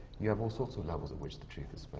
you have all sorts of levels at which the truth is